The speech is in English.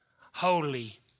holy